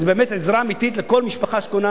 זאת באמת עזרה אמיתית לכל משפחה שקונה